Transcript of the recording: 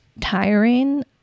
tiring